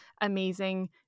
amazing